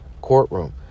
courtroom